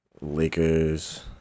Lakers